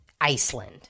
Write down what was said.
Iceland